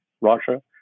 Russia